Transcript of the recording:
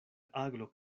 aglo